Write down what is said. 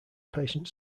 patient